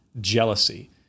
jealousy